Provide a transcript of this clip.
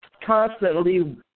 constantly